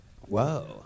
Whoa